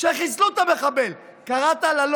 שחיסלו את המחבל, קראת לה?